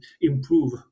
improve